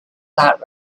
that